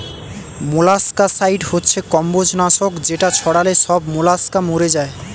molluscicide হচ্ছে কম্বোজ নাশক যেটা ছড়ালে সব মোলাস্কা মরে যায়